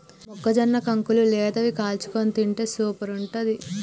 మొక్కజొన్న కంకులు లేతవి కాల్చుకొని తింటే సూపర్ ఉంటది